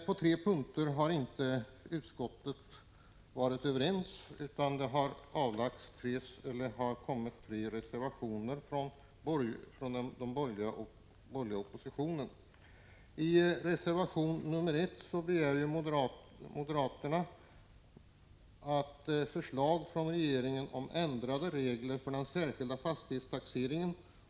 På tre punkter har utskottet inte varit överens, och tre reservationer har fogats till betänkandet av den borgerliga oppositionen. I reservation 1 begär moderaterna förslag från regeringen om ändrade regler för den särskilda fastighetstaxeringen.